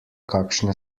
kakšne